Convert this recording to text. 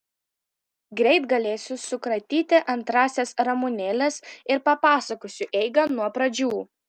greit galėsiu sukratyti antrąsias ramunėles ir papasakosiu eigą nuo pradžių